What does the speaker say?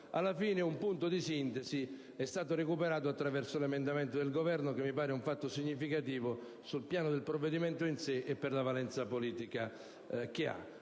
alla fine, un punto di sintesi è stato recuperato attraverso l'emendamento 2.0.2000 del Governo. Ciò mi sembra un fatto significativo, sul piano del provvedimento in sé e per la sua valenza politica.